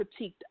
critiqued